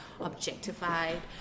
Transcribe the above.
objectified